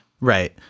Right